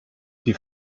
die